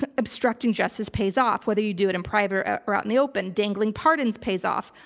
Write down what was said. ah obstructing justice pays off whether you do it in private or out in the open. dangling pardons pays off.